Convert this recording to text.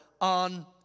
on